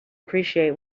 appreciate